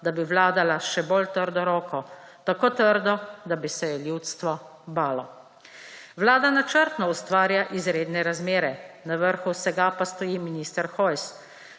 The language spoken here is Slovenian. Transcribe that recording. da bi vladala s še bolj trdo roko – tako trdo, da bi se je ljudstvo balo. Vlada načrtno ustvarja izredne razmere, na vrhu vsega pa stoji minister Hojs.